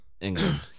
England